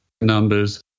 numbers